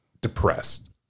depressed